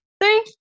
three